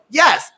yes